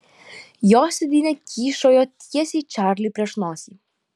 jos sėdynė kyšojo tiesiai čarliui prieš nosį